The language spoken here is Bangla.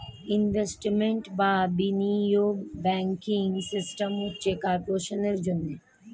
ইনভেস্টমেন্ট বা বিনিয়োগ ব্যাংকিং সিস্টেম হচ্ছে কর্পোরেশনের জন্যে